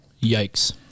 Yikes